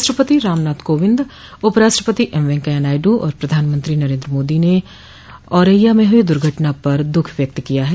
राष्ट्रपति रामनाथ कोविंद उपराष्ट्रपति एम वेंकैया नायडु और प्रधानमंत्री नरेन्द्र मोदी ने औरैया में हुई इस दुर्घटना पर दुख व्यक्त किया है